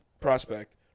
prospect